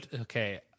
Okay